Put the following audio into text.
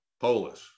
Polish